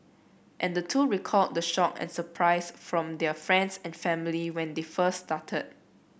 and the two recalled the shock and surprise from their friends and family when they first started